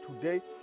today